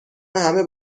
همه